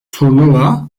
turnuva